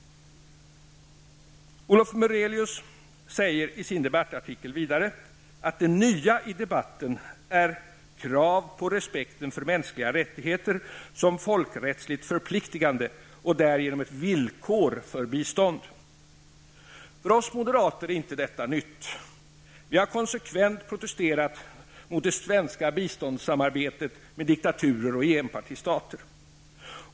Olof Murelius säger i sin debattartikel att det nya i debatten är krav på respekten för mänskliga rättigheter som folkrättsligt förpliktande och därigenom ett villkor för bistånd. För oss moderater är inte detta nytt. Vi har konsekvent protesterat mot det svenska biståndssamarbetet med diktaturer och enpartistater.